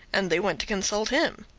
and they went to consult him.